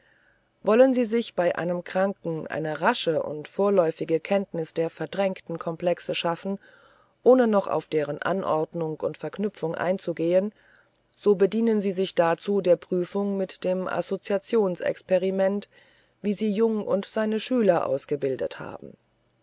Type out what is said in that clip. wollen sie sich bei einem kranken eine rasche und vorläufige kenntnis der verdrängten komplexe schaffen ohne noch auf deren anordnung und verknüpfung einzugehen so bedienen sie sich dazu der prüfung mit dem assoziationsexperiment wie sie jung und seine schüler ausgebildet haben